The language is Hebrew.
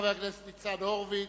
חבר הכנסת ניצן הורוביץ.